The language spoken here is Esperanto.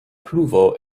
pluvo